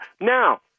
Now